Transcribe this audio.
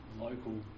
local